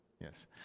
yes